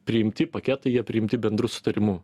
priimti paketai jie priimti bendru sutarimu